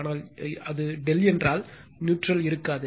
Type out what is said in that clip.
ஆனால் அது ∆ என்றால் நியூட்ரல் இருக்காது